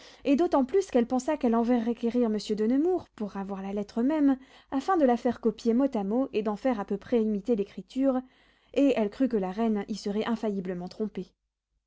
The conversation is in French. et d'autant plus qu'elle pensait qu'elle enverrait quérir monsieur de nemours pour ravoir la lettre même afin de la faire copier mot à mot et d'en faire à peu près imiter l'écriture et elle crut que la reine y serait infailliblement trompée